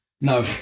No